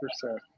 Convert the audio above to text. percent